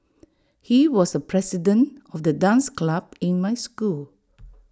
he was the president of the dance club in my school